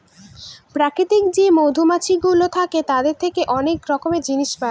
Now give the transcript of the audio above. প্রাকৃতিক যে মধুমাছিগুলো থাকে তাদের থেকে অনেক রকমের জিনিস পায়